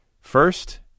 first